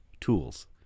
tools